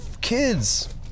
kids